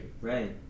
Right